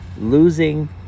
losing